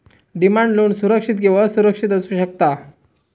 demand loan सुरक्षित किंवा असुरक्षित असू शकता